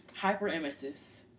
hyperemesis